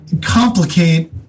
complicate